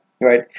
Right